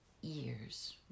years